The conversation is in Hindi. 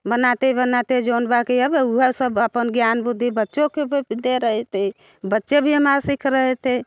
बनाते बनाते जौन बाक़ी अब उहा सब अपन ज्ञान बुद्धी बच्चों को दे रहे थे बच्चे भी हमारे सीख रहे थे